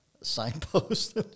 Signpost